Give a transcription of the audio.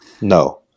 no